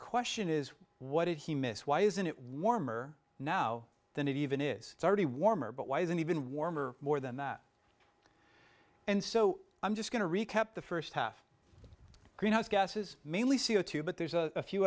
question is what did he miss why isn't it warmer now than it even is already warmer but why is an even warmer more than that and so i'm just going to recap the first half greenhouse gases mainly c o two but there's a few